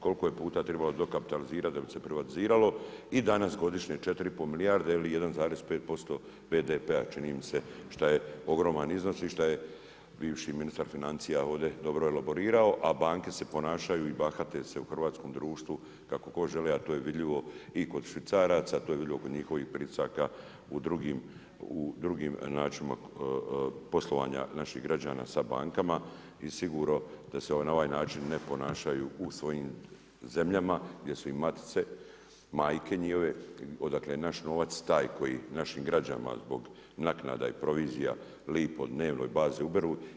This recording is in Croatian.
Koliko je puta trebalo dokapitalizirati da bi se privatiziralo i danas godišnje 4,5 milijarde ili 1,5% BDP-a čini mi se što je ogroman iznos i što je bivši ministar financija ovdje dobro elaborirao, a banke se ponašaju i bahate se u hrvatskom društvu kako god žele, a to je vidljivo i kod švicaraca to je vidljivo kod njihovih pritisaka u drugim načinima poslovanja naših građana sa bankama i sigurno da se na ovaj način ne ponašaju u svojim zemljama gdje su im matice, majke njihove, odakle je naš novac taj koji našim građanima, zbog naknada i provizija lipo, dnevnoj bazi ubiru.